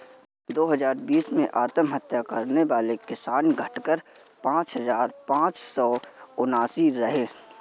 दो हजार बीस में आत्महत्या करने वाले किसान, घटकर पांच हजार पांच सौ उनासी रहे